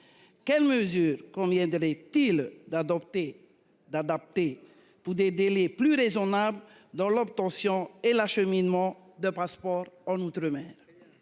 Quelles mesure combien d'aller-t-il d'adopter d'adapter pour des délais plus raisonnables dans l'obtention et l'acheminement de passeport en outre-mer.